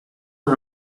are